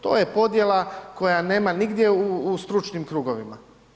To je podjela koja nema nigdje u stručnim krugovima.